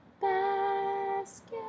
basket